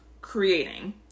creating